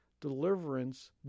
deliverance